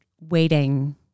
waiting